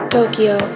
Tokyo